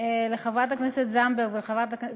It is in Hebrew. לחברת הכנסת זנדברג,